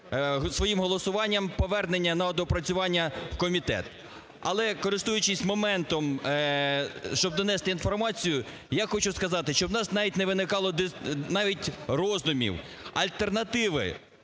своїм голосуванням повернення на доопрацювання в комітет. Але, користуючись моментом, щоб донести інформацію, я хочу сказати, що у нас навіть не виникало навіть роздумів альтернативи